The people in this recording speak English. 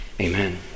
Amen